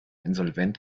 insolvent